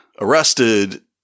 arrested